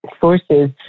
sources